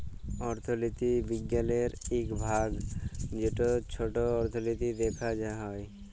অথ্থলিতি বিজ্ঞালের ইক ভাগ যেট ছট অথ্থলিতি দ্যাখা হ্যয়